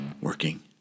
working